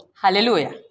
Hallelujah